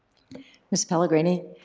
ms. pellegrini?